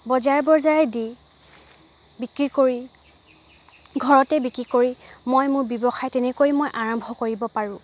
বজাৰ বজাৰে দি বিক্ৰী কৰি ঘৰতে বিক্ৰী কৰি মই মোৰ ব্যৱসায় তেনেকৈ মই আৰম্ভ কৰিব পাৰোঁ